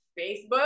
Facebook